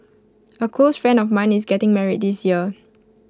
A close friend of mine is getting married this year